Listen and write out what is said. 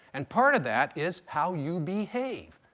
and part of that is how you behave,